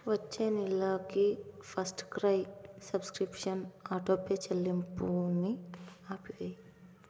వచ్చే నెలకి FirstCry subscription autopay చెల్లింపుని ఆపివేయి